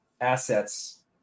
assets